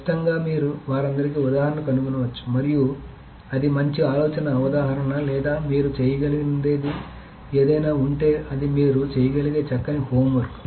స్పష్టంగా మీరు వారందరికీ ఉదాహరణను కనుగొనవచ్చు మరియు అది మంచి ఆలోచన ఉదాహరణ లేదా మీరు చేయగలిగేది ఏదైనా ఉంటే అది మీరు చేయగలిగే చక్కని హోంవర్క్